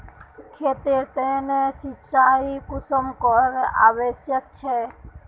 खेतेर तने सिंचाई कुंसम करे आवश्यक छै?